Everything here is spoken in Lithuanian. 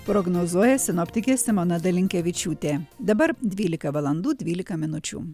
prognozuoja sinoptikė simona dalinkevičiūtė dabar dvylika valandų dvylika minučių